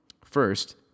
First